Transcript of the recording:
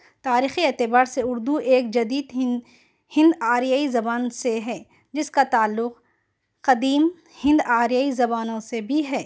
تاریخی اعتبار سے اُردو ایک جدید ہند ہند آریائی زبان سے ہے جس کا تعلق قدیم ہند آریائی زبانوں سے بھی ہے